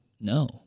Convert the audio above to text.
no